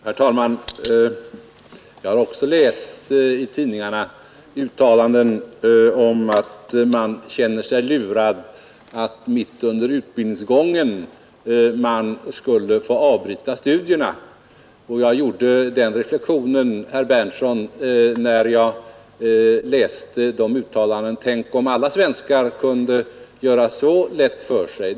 Herr talman! Jag har också i tidningarna läst uttalanden om att de studerande känner sig lurade därför att de mitt under utbildningsgången skulle få avbryta studierna. När jag läste dessa uttalanden, gjorde jag den reflexionen: Tänk, om alla svenskar kunde göra det så lätt för sig!